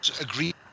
agree